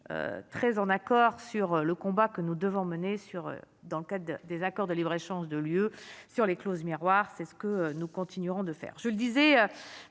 très en accord sur le combat que nous devons mener sur d'cas des accords de libre-échange de lieu sur les clauses miroir, c'est ce que nous continuerons de faire,